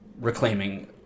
reclaiming